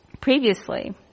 previously